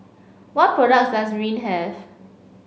what products does Rene have